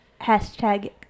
Hashtag